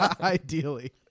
Ideally